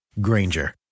Granger